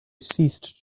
ceased